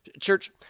Church